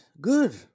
Good